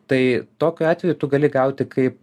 tai tokiu atveju tu gali gauti kaip